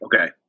Okay